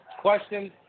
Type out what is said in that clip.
questions